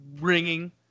ringing